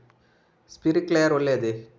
Sprinkler ಒಳ್ಳೇದೇ?